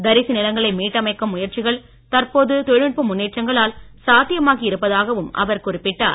தரிசு நிலங்களை மீட்டமைக்கும் முயற்சிகள் தற்போது தொழில்நுட்ப முன்னேற்றங்களால் சாத்தியமாகி இருப்பதாகவும் அவர் குறிப்பிட்டார்